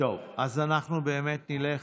אז נלך